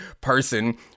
person